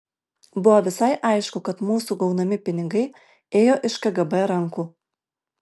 buvo visai aišku kad mūsų gaunami pinigai ėjo iš kgb rankų